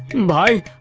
by